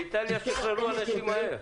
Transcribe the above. באיטליה שחררו אנשים מהר.